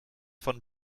von